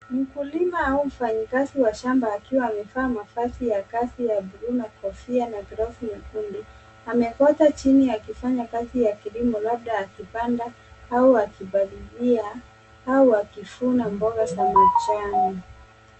Mkulima au mfanyakazi wa shamba akiwa amevaa mavazi ya kazi ya buluu na kofia na glavu nyekundu, amekwata chini akifanya kazi ya kilimo labda akipanda au akipalilia au akivuna mboga za majani.